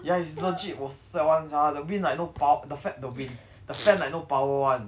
ya it's legit will sweat [one] [sial] the wind like no pow~ the fan the wind the fan like no power [one]